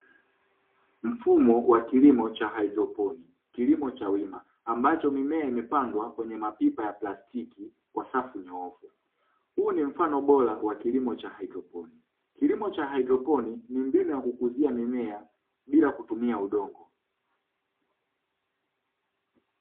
Mfumo wa kilimo cha haidroponi (kilimo cha wima) ambacho mimea imepandwa kwenye mapipa ya plastiki kwa safu nyofu. Huu ni mfano bora wa kilimo cha haidroponi. Kilimo cha haidroponi ni mbinu ya kukuzia mimea bila kutumia udongo.